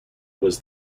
was